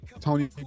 Tony